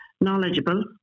knowledgeable